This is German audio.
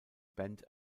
band